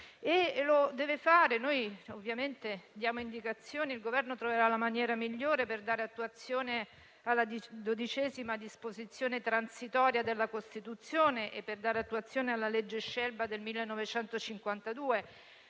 senso. Noi ovviamente diamo indicazioni, poi il Governo troverà la maniera migliore per dare attuazione alla XII disposizione transitoria della Costituzione e per dare attuazione alla legge Scelba del 1952.